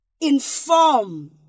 inform